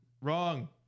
wrong